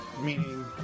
meaning